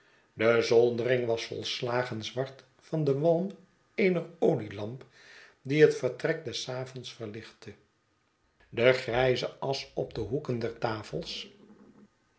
de zoldering was volslagen zwart van de walm eener olielamp die het vertrek des avonds verlichtte devgrijze asch op de hoeken der tafels